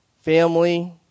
family